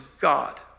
God